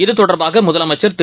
இத்தொடர்பாகமுதலமைச்சர் திரு